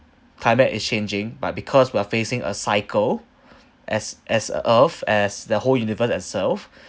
climate is changing but because we are facing a cycle as as earth as the whole universe itself